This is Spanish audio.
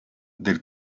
del